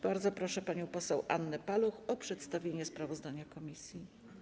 Bardzo proszę panią poseł Annę Paluch o przedstawienie sprawozdania komisji.